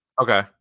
Okay